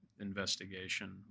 investigation